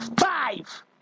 five